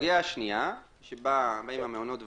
הסוגיה השנייה שבה באים המעונות ואומרים,